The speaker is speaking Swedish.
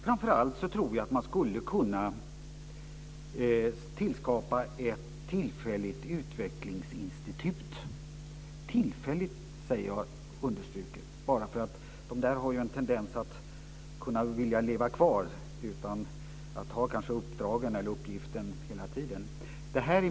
Framför allt tror jag att man skulle kunna tillskapa ett tillfälligt utvecklingsinstitut. Jag understryker tillfälligt därför att de här instituten har en tendens att vilja leva kvar utan att kanske ha uppdraget eller uppgiften hela tiden.